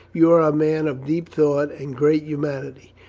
you are a man of deep thought and great humanity.